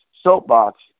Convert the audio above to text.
soapbox